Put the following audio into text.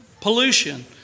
pollution